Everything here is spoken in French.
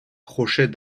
crochets